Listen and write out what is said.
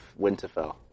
Winterfell